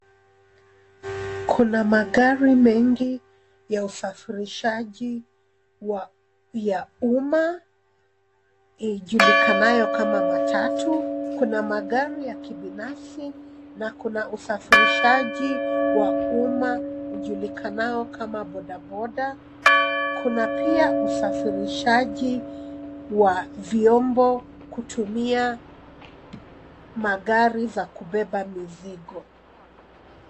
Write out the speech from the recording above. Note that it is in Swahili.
Kuna magari mengi ya usafirishaji ya umma ijulikanayo kama matatu, kuna magari ya kibinafsi na kuna usafirishaji wa umma ujulikanao kama bodaboda kuna pia usafirishaji wa vyombo kutumia magari za kubeba mizigo.